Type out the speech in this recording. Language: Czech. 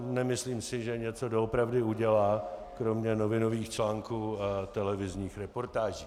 Nemyslím si, že něco doopravdy udělá kromě novinových článků a televizních reportáží.